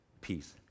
peace